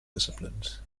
disciplines